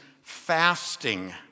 fasting